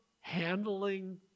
handling